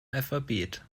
alphabet